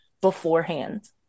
beforehand